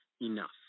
Enough